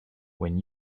when